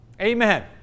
Amen